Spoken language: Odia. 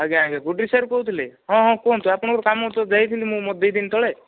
ଆଜ୍ଞା ଆଜ୍ଞା ଗୁଡ଼ିରି ସାହିରୁ କହୁଥିଲେ ହଁ ହଁ କୁହନ୍ତୁ ଆପଣଙ୍କୁ ତ କାମ ଦେଇଥିଲି ମୁଁ ଦୁଇ ଦିନି ତଳେ